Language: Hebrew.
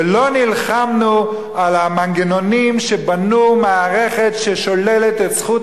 ולא נלחמנו על המנגנונים שבנו מערכת ששוללת את זכות